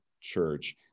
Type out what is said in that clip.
church